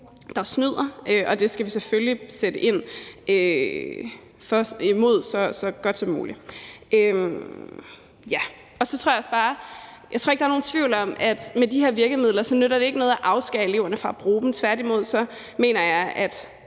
der snyder, og det skal vi selvfølgelig sætte ind imod så godt som muligt. Ja, jeg tror ikke, der er nogen tvivl om, at med de her virkemidler nytter det ikke noget at afskære eleverne fra at bruge dem. Tværtimod mener jeg, at